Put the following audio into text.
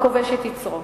הכובש את יצרו.